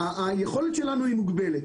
היכולת שלנו היא מוגבלת.